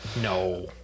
No